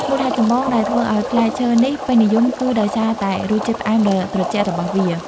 មូលហេតុចម្បងដែលធ្វើឲ្យផ្លែឈើនេះពេញនិយមគឺដោយសារតែរសជាតិផ្អែមដ៏ត្រជាក់របស់វា។